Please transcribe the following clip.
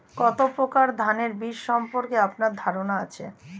কত প্রকার ধানের বীজ সম্পর্কে আপনার ধারণা আছে?